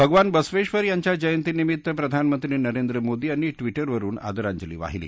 भगवान बसवेश्वर यांच्या जयंतीनिमित्त प्रधानमंत्री नरेंद्र मोदी यांनी ट्विटरवरुन आदरांजली वाहिली